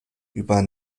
über